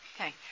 Okay